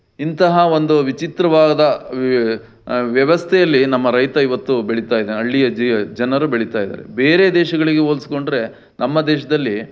ಇಂತಹ ಒಂದು ವಿಚಿತ್ರವಾದ ವ್ಯವಸ್ಥೆಯಲ್ಲಿ ನಮ್ಮ ರೈತ ಇವತ್ತು ಬೆಳೀತಾ ಇದು ಹಳ್ಳಿಯ ಜೀ ಜನರು ಬೆಳೀತಾ ಇದ್ದಾರೆ ಬೇರೆ ದೇಶಗಳಿಗೆ ಹೋಲ್ಸಿಕೊಂಡ್ರೆ ನಮ್ಮ ದೇಶದಲ್ಲಿ